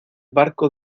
barco